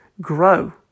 Grow